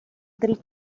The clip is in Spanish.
del